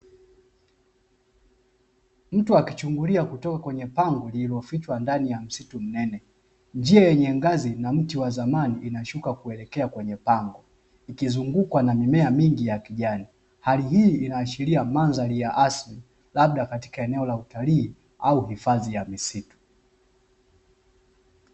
Mtu akichungulia kutoka kwenye pango lililofichwa ndani ya msitu mnene. Njia yenye ngazi na mti wa zamani inashuka kuelekea kwenye pango ikizungukwa na mimea mingi ya kijani. Hali hii inaashiria mandhari ya asili labda katika eneo la utalii au hifadhi ya misitu.